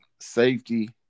Safety